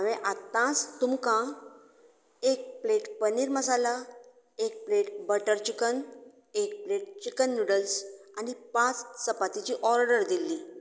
हांवें आतांच तुमकां एक प्लेट पनीर मसाला एक प्लेट बटर चिकन एक प्लेट चिकन नुडल्स आनी पांच चपातिची ऑर्डर दिल्ली